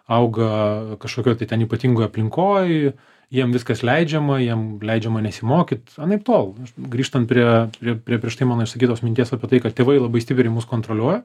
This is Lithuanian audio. auga kažkokioj tai ten ypatingoj aplinkoj jiem viskas leidžiama jiem leidžiama nesimokyt anaiptol grįžtant prie prie prieš tai mano išsakytos minties apie tai kad tėvai labai stipriai mus kontroliuoja